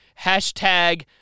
Hashtag